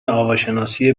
آواشناسی